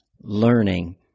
learning